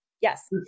Yes